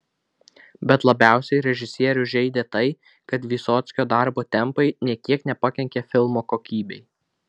bet labiausiai režisierių žeidė tai kad vysockio darbo tempai nė kiek nepakenkė filmo kokybei